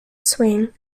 swing